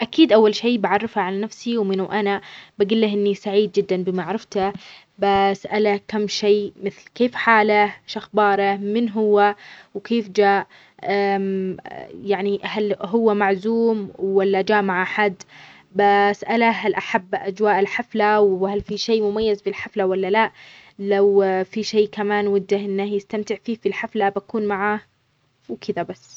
إذا التقيت بشخص في حفلة وما كنت أعرفه، راح أقول له: مرحبًا، أنا فلان. حبيت أتعرف عليك أكثر! كيفك؟ كيف عرفت عن الحفلة؟ أحاول أكون طبيعي وأبدأ حديث خفيف عشان نفتح مجال للتعرف بشكل مريح.